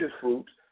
fruits